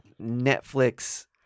Netflix